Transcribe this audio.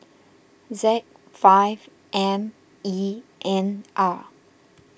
Z five M E N R